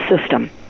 system